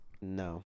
No